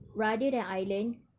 rather than I learn